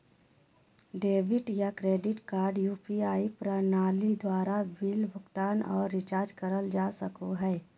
debit या credit card UPI प्रणाली द्वारा बिल भुगतान आर रिचार्ज करल जा सको हय